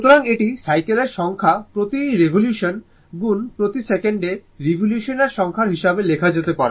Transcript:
সুতরাং এটি সাইকেলের সংখ্যার প্রতি রিভলিউশন গুণ প্রতি সেকেন্ডে রিভলিউশনের সংখ্যার হিসেবে লেখা যেতে পারে